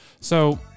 So-